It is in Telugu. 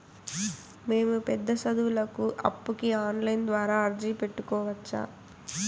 మేము పెద్ద సదువులకు అప్పుకి ఆన్లైన్ ద్వారా అర్జీ పెట్టుకోవచ్చా?